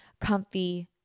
comfy